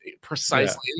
precisely